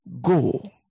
go